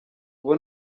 ubu